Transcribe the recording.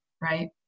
right